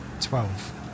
Twelve